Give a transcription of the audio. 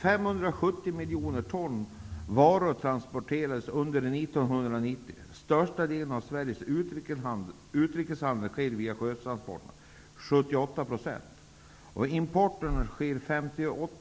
570 miljoner ton varor transporterades under 1990. Största delen av Sveriges utrikeshandel, 78 %, sker via sjöstransporter. Av importen fraktas